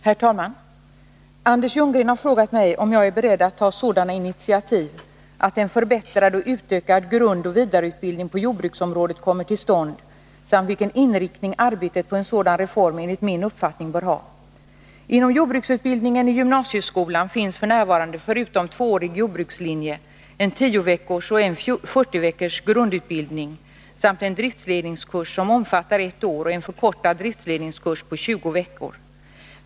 Herr talman! Anders Ljunggren har frågat mig om jag är beredd att ta sådana initiativ att en förbättrad och utökad grundoch vidareutbildning på jordbruksområdet kommer till stånd samt vilken inriktning arbetet på en sådan reform enligt min uppfattning bör ha. Inom jordbruksutbildningen i gymnasieskolan finns f. n. förutom tvåårig jordbrukslinje, en 10 veckors och en 40 veckors grundutbildning samt en driftsledningskurs som omfattar ett år och en förkortad driftsledningskurs på 20 veckor.